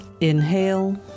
Inhale